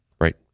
Right